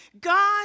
God